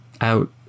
out